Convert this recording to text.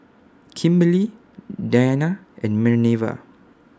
Kimberely Dianna and Minerva